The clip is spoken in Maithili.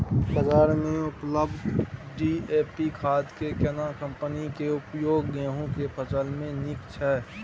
बाजार में उपलब्ध डी.ए.पी खाद के केना कम्पनी के उपयोग गेहूं के फसल में नीक छैय?